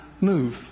move